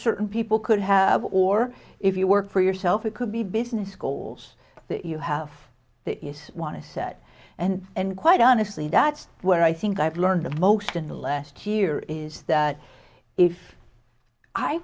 certain people could have or if you work for yourself it could be business goals that you have that you want to set and and quite honestly that's where i think i've learned the most in the last year is that if i